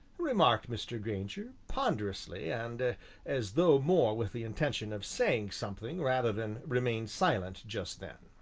remarked mr. grainger ponderously and as though more with the intention of saying something rather than remain silent just then.